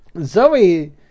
Zoe